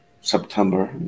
September